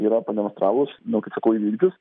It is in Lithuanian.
yra pademonstravus nu kaip sakau įvykdžius